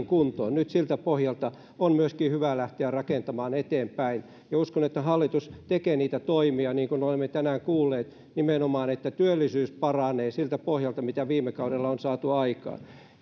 kuntoon nyt siltä pohjalta on hyvä lähteä rakentamaan eteenpäin ja uskon että hallitus tekee niitä toimia niin kuin olemme tänään kuulleet nimenomaan että työllisyys paranee siltä pohjalta mitä viime kaudella on saatu aikaan